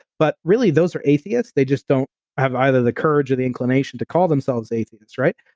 but really those are atheists. they just don't have either the courage or the inclination to call themselves atheists, right?